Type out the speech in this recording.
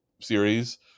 series